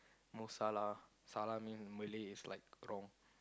Mo Salah salah mean Malay is like wrong